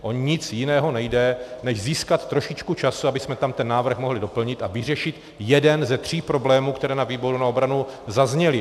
O nic jiného nejde, než získat trošičku času, abychom tam ten návrh mohli doplnit a vyřešit jeden ze tří problémů, které na výboru pro obranu zazněly.